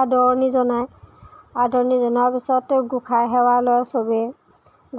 আদৰণি জনায় আদৰণি জনোৱাৰ পিছত গোঁসাই সেৱা লয় চবে